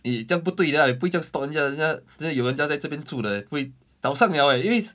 eh 这样不对 lah 不可以这样 stalk 人家人家有人家在这边住的 leh 不会早上 liao leh at least